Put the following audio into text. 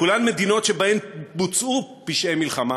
כולן מדינות שבהן בוצעו פשעי מלחמה